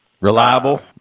Reliable